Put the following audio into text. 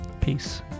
peace